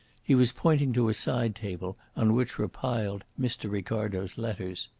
he was pointing to a side-table on which were piled mr. ricardo's letters.